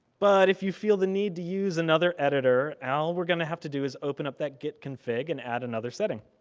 but if you feel the need to use another editor all we're gonna have to do is open up that git config and add another setting.